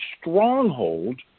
stronghold